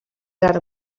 ara